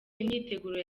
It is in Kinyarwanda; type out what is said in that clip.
imyiteguro